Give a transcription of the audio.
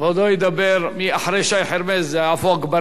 אחרי שי חרמש, עפו אגבאריה, ואחרי עפו אגבאריה,